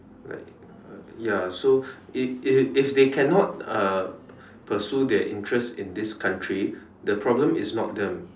like uh ya so if if if they cannot uh pursue their interest in this country the problem is not them